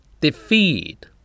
Defeat